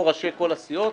או ראשי כל הסיעות,